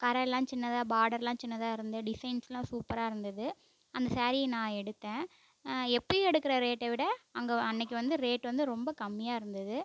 கரையெல்லாம் சின்னதாக பாடர்லாம் சின்னதாக இருந்து டிசைன்ஸ்லாம் சூப்பராக இருந்தது அந்த சேரீயை நான் எடுத்தேன் எப்போயும் எடுக்கிற ரேட்டை விட அங்கே அன்றைக்கு வந்து ரேட் வந்து ரொம்ப கம்மியாக இருந்தது